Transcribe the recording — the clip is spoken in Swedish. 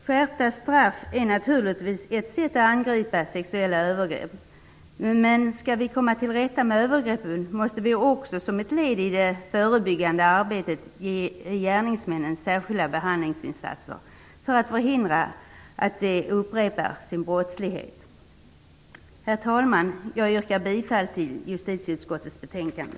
Skärpta straff är naturligtvis ett sätt att angripa sexuella övergrepp, men om vi skall komma till rätta med övergreppen måste vi också som ett led i det förebyggande arbetet ge gärningsmännen särskilda behandlingsinsatser för att förhindra att de upprepar sin brottslighet. Herr talman! Jag yrkar bifall till hemställan i justitieutskottets betänkande.